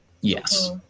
Yes